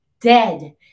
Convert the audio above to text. dead